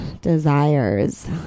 desires